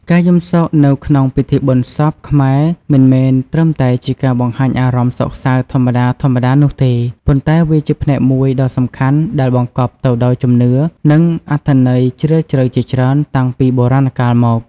ការយំសោកនៅក្នុងពិធីបុណ្យសពខ្មែរមិនមែនត្រឹមតែជាការបង្ហាញអារម្មណ៍សោកសៅធម្មតាៗនោះទេ ប៉ុន្តែវាជាផ្នែកមួយដ៏សំខាន់ដែលបង្កប់ទៅដោយជំនឿ និងអត្ថន័យជ្រាលជ្រៅជាច្រើន តាំងពីបុរាណកាលមក។